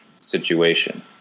situation